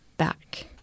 back